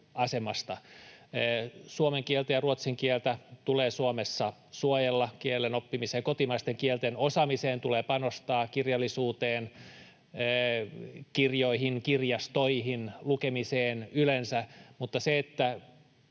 Suomen kieltä ja ruotsin kieltä tulee Suomessa suojella. Kielen oppimiseen, kotimaisten kielten osaamiseen tulee panostaa, kirjallisuuteen, kirjoihin, kirjastoihin, lukemiseen yleensä.